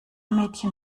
mädchen